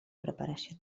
preparació